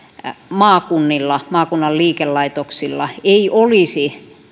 maakunnilla maakunnan liikelaitoksilla ei olisi